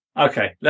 Okay